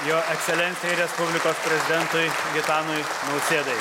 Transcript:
jo ekscelencijai respublikos prezidentui gitanui nausėdai